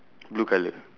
blue colour